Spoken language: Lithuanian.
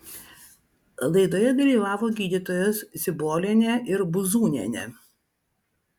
laidoje dalyvavo gydytojos zibolienė ir buzūnienė